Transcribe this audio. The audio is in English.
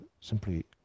simply